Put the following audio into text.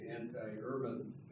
anti-urban